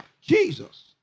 Jesus